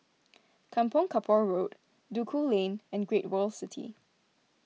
Kampong Kapor Road Duku Lane and Great World City